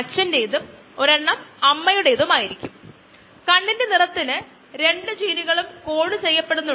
ഇവിടെയുള്ള ലോഗ് ഫേസിൽ നമ്മൾ ഇതുവരെ തുറന്നുകാട്ടിയതാകാം mu ഒരു കോൺസ്റ്റന്റ് ആയി കാണിക്കുന്നു